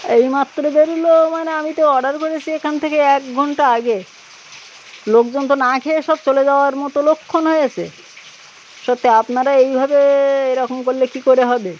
এইমাত্র বেরলো মানে আমি তো অর্ডার করেছি এখন থেকে এক ঘণ্টা আগে লোকজন তো না খেয়ে সব চলে যাওয়ার মতো লক্ষণ হয়েছে সত্যি আপনারা এইভাবে এরকম করলে কী করে হবে